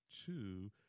two